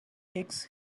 hicks